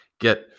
get